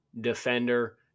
defender